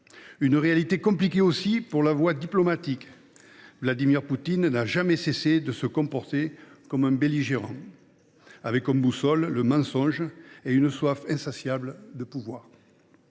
est également complexe pour la voie diplomatique : Vladimir Poutine n’a jamais cessé de se comporter comme un belligérant, avec comme boussole le mensonge et une soif insatiable de pouvoir.